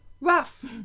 rough